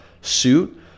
suit